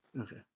Okay